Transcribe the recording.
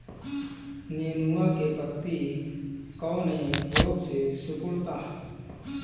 नेनुआ के पत्ते कौने रोग से सिकुड़ता?